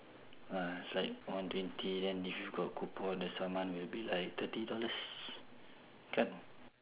ah it's like one twenty then if you got coupon the summon will be like thirty dollars kan